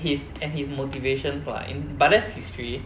his and his motivations lah but that's history